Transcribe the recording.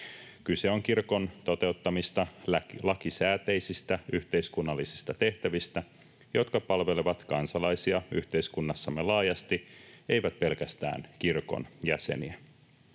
Kyse on kirkon toteuttamista lakisääteisistä yhteiskunnallisista tehtävistä, jotka palvelevat kansalaisia yhteiskunnassamme laajasti, eivät pelkästään kirkon jäseniä.